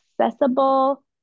accessible